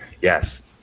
yes